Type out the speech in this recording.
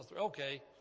Okay